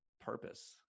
purpose